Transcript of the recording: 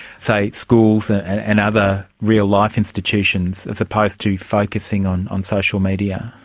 say, schools and and and other real-life institutions as opposed to focusing on on social media?